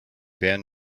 band